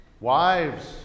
wives